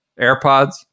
airpods